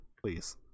please